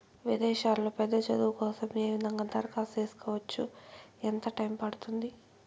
విదేశాల్లో పెద్ద చదువు కోసం ఏ విధంగా దరఖాస్తు సేసుకోవచ్చు? ఎంత టైము పడుతుంది?